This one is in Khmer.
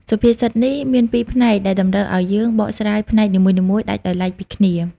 សុភាសិតនេះ មានពីរផ្នែកដែលតម្រូវឱ្យយើង បកស្រាយផ្នែកនីមួយៗដាច់ដោយឡែកពីគ្នា។